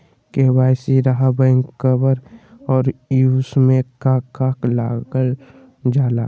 KYC रहा back cover और उसमें का का लागल जाला?